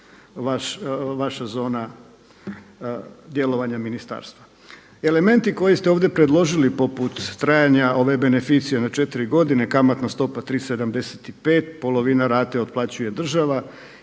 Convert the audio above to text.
vaša zona djelovanja ministarstva. Elementi koje ste ovdje predložili poput trajanja ove beneficije na četiri godine, kamatna stopa 3,75, polovina rate otplaćuje država